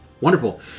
Wonderful